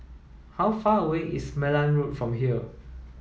how far away is Malan Road from here